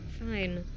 Fine